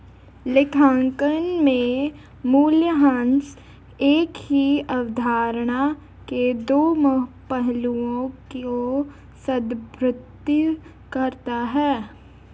लेखांकन में मूल्यह्रास एक ही अवधारणा के दो पहलुओं को संदर्भित करता है